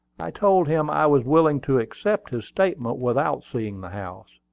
i told him i was willing to accept his statement without seeing the house.